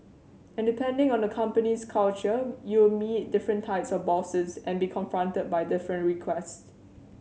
and depending on a company's culture you'll meet different types of bosses and be confronted by different requests